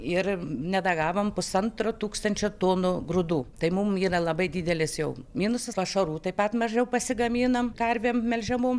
ir nedagavom pusantro tūkstančio tonų grūdų tai mum yra labai didelis jau minusas pašarų taip pat mažiau pasigaminom karvėm melžiamom